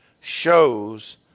shows